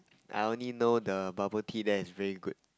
I only know the bubble tea there is very good